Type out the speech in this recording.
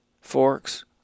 forks